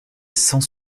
sans